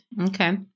Okay